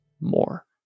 more